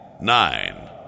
nine